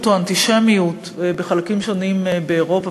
או אנטישמיות בחלקים שונים באירופה,